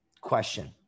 question